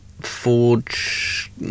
Forge